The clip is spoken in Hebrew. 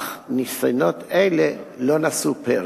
אך ניסיונות אלה לא נשאו פרי.